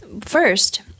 First